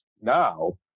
now